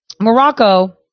Morocco